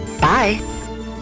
Bye